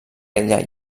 ella